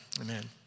Amen